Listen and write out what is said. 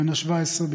בן 17,